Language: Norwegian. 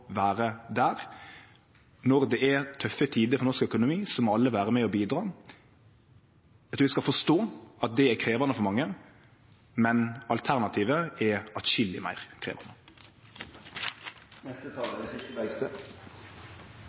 vere der. Når det er tøffe tider for norsk økonomi, må alle vere med og bidra. Eg trur vi skal forstå at det er krevjande for mange, men alternativet er atskilleg meir krevjande. Flere har påpekt at det er